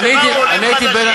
ואני הייתי בין,